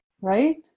right